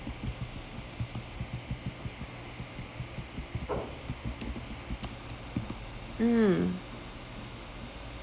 mm